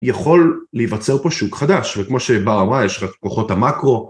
יכול להיווצר פה שוק חדש וכמו שבר אמרה יש לך את כוחות המקרו.